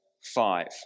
five